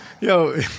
Yo